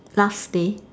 staff day